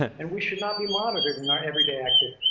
and we should not be monitored in our everyday